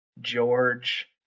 George